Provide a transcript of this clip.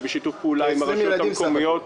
זה בשיתוף פעולה עם הרשויות המקומיות.